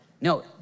No